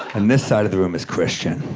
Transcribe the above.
and this side of the room is christian.